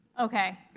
okay,